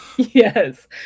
Yes